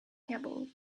table